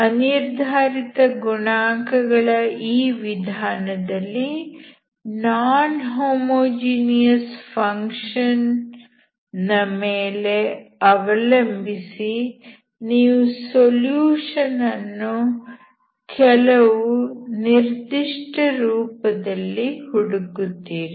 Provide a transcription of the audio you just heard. ಅನಿರ್ಧಾರಿತ ಗುಣಾಂಕ ಗಳ ಈ ವಿಧಾನದಲ್ಲಿ ನಾನ್ ಹೋಮೋಜಿನಿಯಸ್ ಫಂಕ್ಷನ್ ನ ಮೇಲೆ ಅವಲಂಬಿಸಿ ನೀವು ಸೊಲ್ಯೂಶನ್ ಅನ್ನು ಕೆಲವು ನಿರ್ದಿಷ್ಟ ರೂಪದಲ್ಲಿ ಹುಡುಕುತ್ತೀರಿ